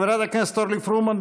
חברת הכנסת אורלי פרומן,